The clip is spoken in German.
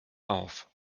auf